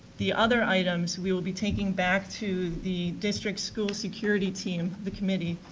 the other items we will be taking back to the district school security team, the committee,